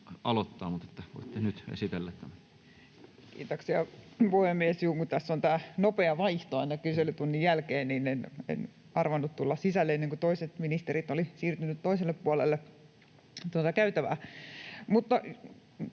Kiitoksia, puhemies! — Kun tässä on tämä nopea vaihto aina kyselytunnin jälkeen, niin en arvannut tulla sisälle ennen kuin toiset ministerit olivat siirtyneet toiselle puolelle tuota käytävää.